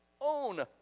own